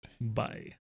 bye